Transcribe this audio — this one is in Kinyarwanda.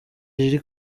riri